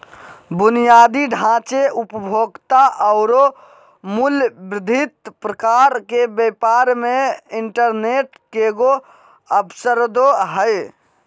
बुनियादी ढांचे, उपभोक्ता औरो मूल्य वर्धित प्रकार के व्यापार मे इंटरनेट केगों अवसरदो हइ